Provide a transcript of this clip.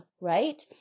right